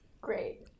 great